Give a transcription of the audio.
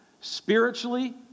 Spiritually